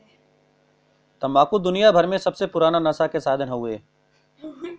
तम्बाकू दुनियाभर मे सबसे पुराना नसा क साधन हउवे